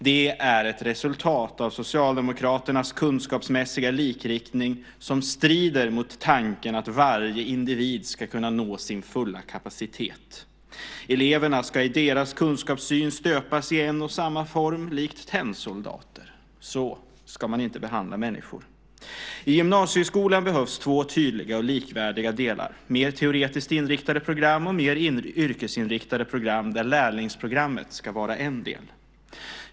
Det är ett resultat av Socialdemokraternas kunskapsmässiga likriktning som strider mot tanken att varje individ ska kunna nå sin fulla kapacitet. Eleverna ska i deras kunskapssyn stöpas i en och samma form likt tennsoldater. Så ska man inte behandla människor. I gymnasieskolan behövs två tydliga och likvärdiga delar: mer teoretiskt inriktade program och mer yrkesinriktade program där lärlingsprogrammet ska vara en del.